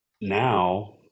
now